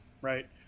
Right